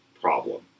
problem